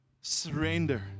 surrender